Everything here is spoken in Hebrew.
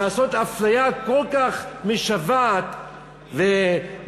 לעשות אפליה כל כך משוועת ולומר,